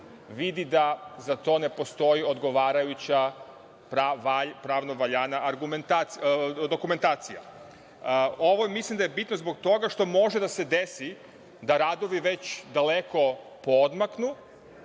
vidi da za to ne postoji odgovarajuća pravno valjana dokumentacija. Mislim da je bitno zbog toga što može da se desi da radovi već daleko poodmaknu,